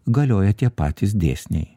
galioja tie patys dėsniai